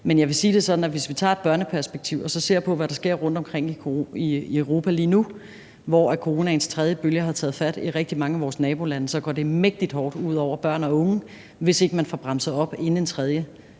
at hvis vi tager et børneperspektiv og så ser på, hvad der sker rundtomkring i Europa lige nu, hvor coronaens tredje bølge har taget fat i rigtig mange af vores nabolande, så går det mægtig hårdt ud over børn og unge, hvis ikke man får bremset op inden en tredje